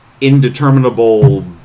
indeterminable